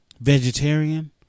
Vegetarian